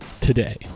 today